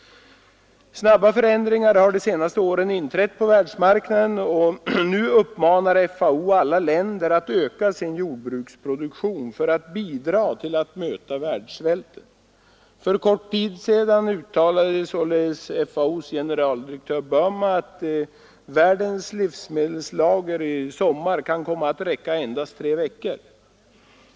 Snabba förändringar har de senaste åren inträtt på världsmarknaden, och nu uppmanar FAO alla länder att öka sin jordbruksproduktion för att bidra till att möta världssvälten. För kort tid sedan uttalade således FAO:s generaldirektör Boerma att världens livsmedelslager i sommar kan komma att räcka endast tre veckor.